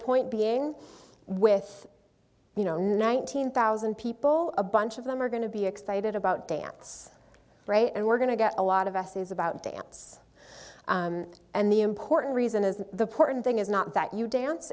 point being with you know nineteen thousand people a bunch of them are going to be excited about dance and we're going to get a lot of essays about dance and the important reason is that the porton thing is not that you dance